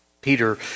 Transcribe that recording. Peter